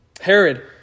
Herod